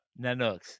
Nanooks